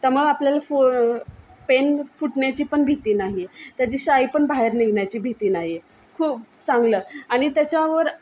त्यामुळं आपल्याला फो पेन फुटण्याची पण भीती नाही त्याची शाई पण बाहेर निघण्याची भीती नाही आहे खूप चांगलं आणि त्याच्यावर